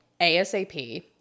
ASAP